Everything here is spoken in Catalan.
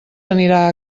anirà